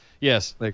Yes